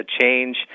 change